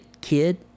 kid